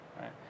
right